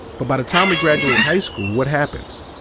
but by the time we graduate high school, what happens?